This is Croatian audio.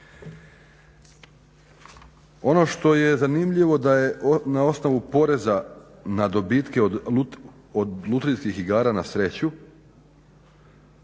Ono što je zanimljivo da je na osnovu poreza na dobitke od lutrijskih igara na sreću